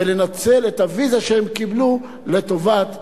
ולנצל את הוויזה שהם קיבלו לטובת האחרים,